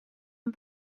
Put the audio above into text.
een